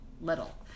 little